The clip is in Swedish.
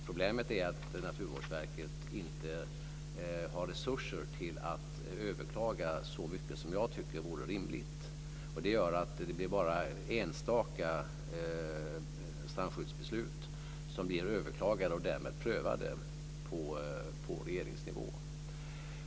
Problemet är att Naturvårdsverket inte har resurser att överklaga så mycket som jag tycker vore rimligt. Det gör att det bara är enstaka strandskyddsbeslut som blir överklagade och därmed prövade på regeringsnivå.